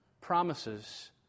promises